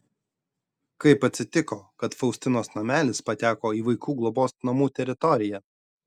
kaip atsitiko kad faustinos namelis pateko į vaikų globos namų teritoriją